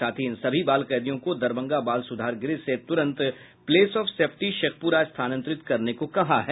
साथ ही इन सभी बाल कैदियों को दरभंगा बाल सुधार गृह से तुरंत प्लेस ऑफ सेफ्टी शेखप्रा स्थानांतरित करने को कहा है